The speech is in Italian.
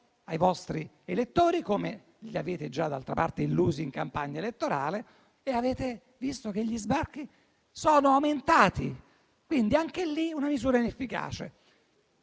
ai vostri elettori - come li avevate già d'altra parte illusi in campagna elettorale - e avete visto che gli sbarchi sono aumentati. Anche quella misura è inefficace.